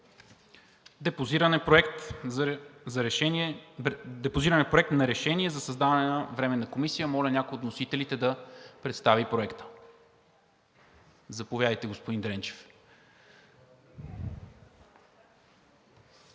Депозиран е Проект на решение за създаване на Временна комисия. Моля някой от вносителите да представи Проекта. Заповядайте, господин Дренчев.